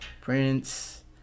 Prince